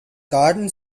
garden